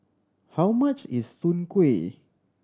how much is soon kway